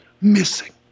missing